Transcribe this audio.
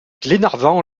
glenarvan